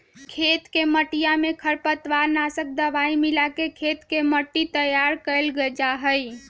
खेत के मटिया में खरपतवार नाशक दवाई मिलाके खेत के मट्टी तैयार कइल जाहई